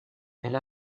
elle